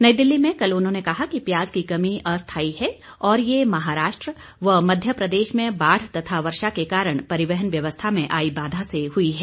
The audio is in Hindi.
नई दिल्ली में कल उन्होंने कहा कि प्याज की कमी अस्थाई है और ये महाराष्ट्र और मध्य प्रदेश में बाढ़ व वर्षा के कारण परिवहन व्यवस्था में आई बाधा से हुई है